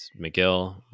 mcgill